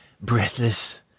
breathless